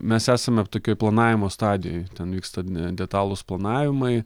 mes esame tokioj planavimo stadijoj ten vyksta detalūs planavimai